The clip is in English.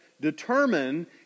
Determine